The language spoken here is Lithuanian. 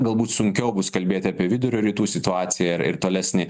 galbūt sunkiau bus kalbėti apie vidurio rytų situaciją ir tolesnį